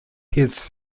heads